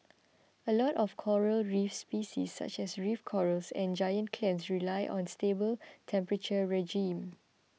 a lot of coral reef species such as reef corals and giant clams rely on a stable temperature regime